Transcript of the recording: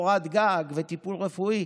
וקורת גג וטיפול רפואי,